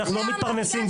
גברתי, אנחנו לא מתפרנסים.